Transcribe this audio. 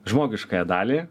žmogiškąją dalį